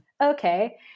okay